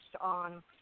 on